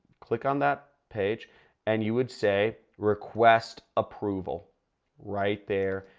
click on that page and you would say request approval right there.